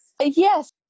Yes